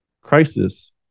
crisis